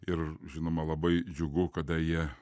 ir žinoma labai džiugu kada jie